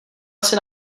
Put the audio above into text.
asi